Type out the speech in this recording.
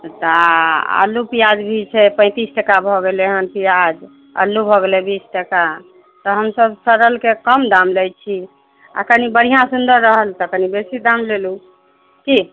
तऽ आलू प्याज भी छै पैंतीस टका भऽ गेलय हन प्याज आलू भऽ गेलय बीस टका तऽ हमसभ सड़लके कम दाम लैत छी आ कनि बढ़िआँ सुन्दर रहल तऽ कनि बेसी दाम लेलू कि